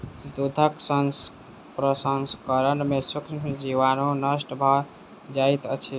दूधक प्रसंस्करण में सूक्ष्म जीवाणु नष्ट भ जाइत अछि